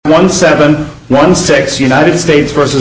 one seven one six united states versus